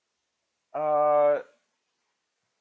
uh